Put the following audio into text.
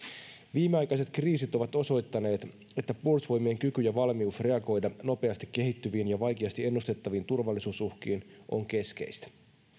viimeaikaiset kriisit ovat osoittaneet että puolustusvoimien kyky ja valmius reagoida nopeasti kehittyviin ja vaikeasti ennustettaviin turvallisuusuhkiin on keskeistä